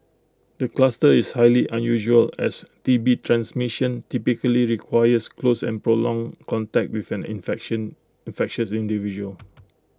the cluster is highly unusual as T B transmission typically requires close and prolonged contact with an infection infectious individual